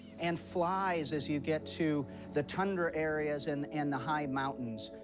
and flies as you get to the tundra areas and and the high mountains.